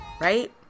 right